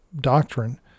doctrine